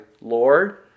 Lord